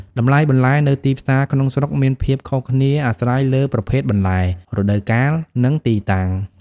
តម្លៃបន្លែនៅទីផ្សារក្នុងស្រុកមានភាពខុសគ្នាអាស្រ័យលើប្រភេទបន្លែ រដូវកាល និងទីតាំង។